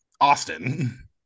Austin